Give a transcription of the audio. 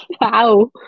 Wow